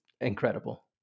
incredible